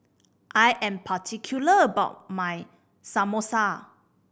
I am particular about my Samosa